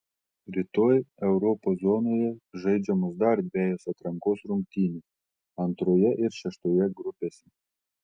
rytoj europos zonoje žaidžiamos dar dvejos atrankos rungtynės antroje ir šeštoje grupėse